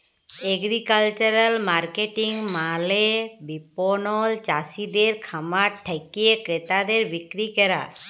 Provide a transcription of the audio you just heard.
agricultural marketing মালে বিপণল চাসিদের খামার থেক্যে ক্রেতাদের বিক্রি ক্যরা